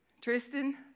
Tristan